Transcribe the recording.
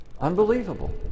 Unbelievable